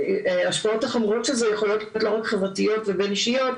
וההשפעות החמורות של זה יכולות להיות לא רק חברתיות ובין אישיות,